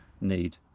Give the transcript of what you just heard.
need